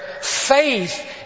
faith